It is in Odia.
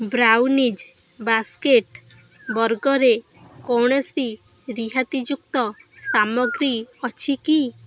ବ୍ରାଉନିଜ୍ ବାସ୍କେଟ୍ ବର୍ଗରେ କୌଣସି ରିହାତି ଯୁକ୍ତ ସାମଗ୍ରୀ ଅଛି କି